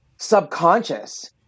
subconscious